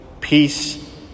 peace